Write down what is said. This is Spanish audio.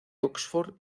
oxford